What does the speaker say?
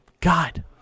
God